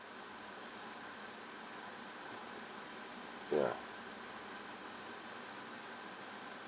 ya